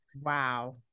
Wow